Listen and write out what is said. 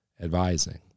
advising